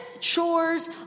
chores